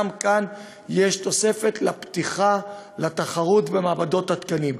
גם כאן יש תוספת לפתיחה לתחרות במעבדות התקנים.